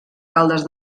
caldes